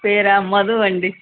పేరా మధు అండి